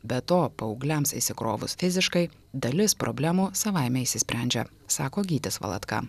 be to paaugliams išsikrovus fiziškai dalis problemų savaime išsisprendžia sako gytis valatka